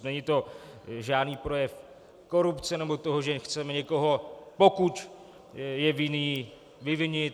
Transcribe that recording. Není to žádný projev korupce nebo toho, že chceme někoho, pokud je vinný, vyvinit.